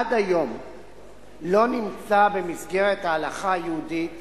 עד היום לא נמצא במסגרת ההלכה היהודית